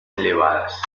elevadas